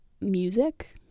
music